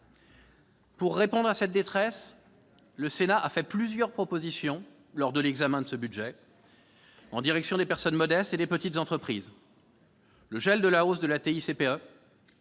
Pour répondre à cette détresse, le Sénat a fait plusieurs propositions lors de l'examen de ce budget, en direction des personnes modestes et des petites entreprises : gel de la hausse de la TICPE,